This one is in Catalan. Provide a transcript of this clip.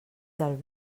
del